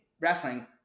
Wrestling